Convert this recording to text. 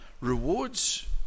rewards